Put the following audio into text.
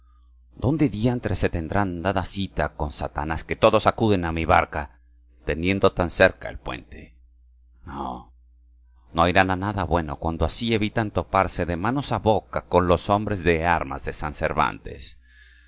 dónde diantres se tendrán dada cita con satanás que todos acuden a mi barca teniendo tan cerca el puente no no irán a nada bueno cuando así evitan toparse de manos a boca con los hombres de armas de san